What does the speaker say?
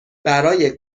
برای